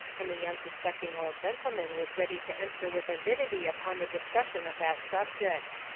and the unsuspecting old gentleman was ready to enter with avidity upon the discussion of that subject.